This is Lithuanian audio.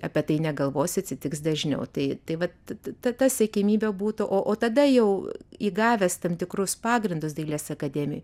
apie tai negalvosi atsitiks dažniau tai tai vat ta ta siekiamybė būtų o tada jau įgavęs tam tikrus pagrindus dailės akademijoj